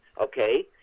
okay